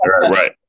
right